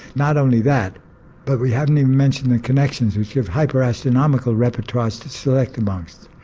not only that but we haven't even mentioned the connections which have hyper astronomical repertoires to select amongst.